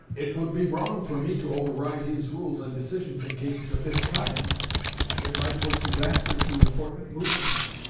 it would be wrong for me to override his rules and decisions in cases of this kind it might work disaster to important movements.